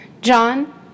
John